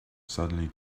suddenly